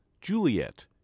Juliet